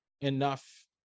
enough